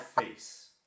face